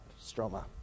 stroma